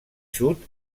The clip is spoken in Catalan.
sud